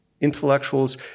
intellectuals